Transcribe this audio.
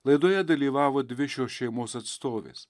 laidoje dalyvavo dvi šios šeimos atstovės